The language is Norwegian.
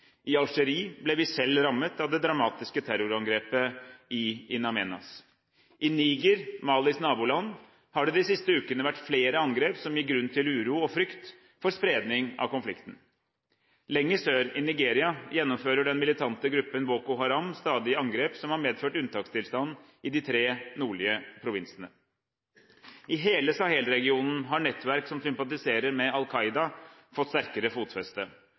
I Algerie ble vi selv rammet av det dramatiske terrorangrepet i In Amenas. I Niger, Malis naboland, har det de siste ukene vært flere angrep som gir grunn til uro og frykt for spredning av konflikten. Lenger sør, i Nigeria, gjennomfører den militante gruppen Boko Haram stadige angrep, som har medført unntakstilstand i de tre nordlige provinsene. I hele Sahel-regionen har nettverk som sympatiserer med Al Qaida, fått sterkere fotfeste